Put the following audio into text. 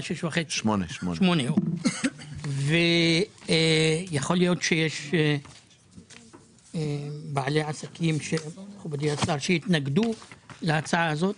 6.5%. 8%. מכובדי השר, יכול להיות שיש בעלי עסקים שיתנגדו להצעה הזו.